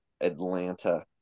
atlanta